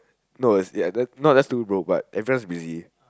no it's ya not just too broke but everyone's busy